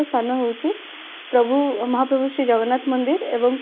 ଶ୍ରୀରାମଚନ୍ଦ୍ର ଚଉଦବର୍ଷ ବନବାସ ଯାଇଥିଲେ